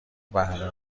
بهره